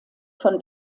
von